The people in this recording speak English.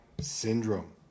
syndrome